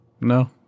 no